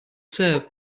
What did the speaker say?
serve